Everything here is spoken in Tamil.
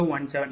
000613027 p